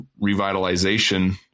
revitalization